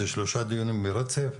אלו שלושה דיונים ברצף.